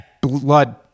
blood